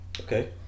Okay